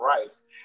rice